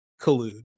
collude